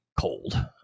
cold